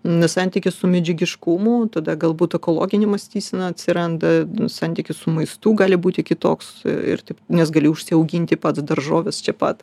na santykis su medžiagiškumu tada galbūt ekologinė mąstysena atsiranda santykis su maistu gali būti kitoks ir nes gali užsiauginti pats daržoves čia pat